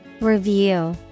review